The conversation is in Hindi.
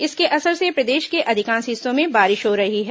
इसके असर से प्रदेश के अधिकांश हिस्सों में बारिश हो रही है